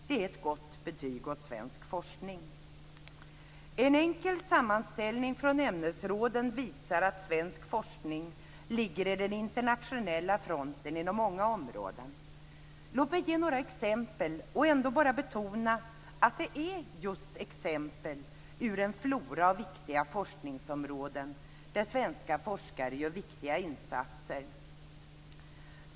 Det är ett gott betyg åt svensk forskning. En enkel sammanställning från ämnesråden visar att svensk forskning ligger i den internationella fronten inom många områden. Låt mig ge några exempel och ändå bara betona att det är just exempel ur en flora av viktiga forskningsområden där svenska forskare gör viktiga insatser.